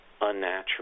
unnatural